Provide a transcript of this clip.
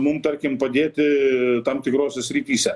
mum tarkim padėti tam tikrose srityse